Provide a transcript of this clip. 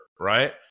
right